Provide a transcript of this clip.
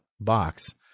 box